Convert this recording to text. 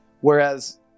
whereas